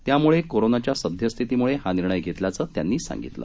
त्यामुळे कोरोनाच्या सद्यस्थितीमुळे हा निर्णय घेतल्याचं त्यांनी सांगितलं